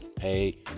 hey